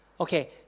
Okay